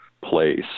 place